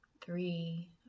three